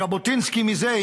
ז'בוטינסקי מזה,